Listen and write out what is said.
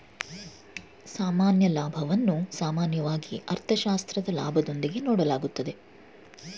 ಸಾಮಾನ್ಯ ಲಾಭವನ್ನು ಸಾಮಾನ್ಯವಾಗಿ ಅರ್ಥಶಾಸ್ತ್ರದ ಲಾಭದೊಂದಿಗೆ ನೋಡಲಾಗುತ್ತದೆ